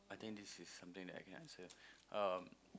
I think this is something that I can answer um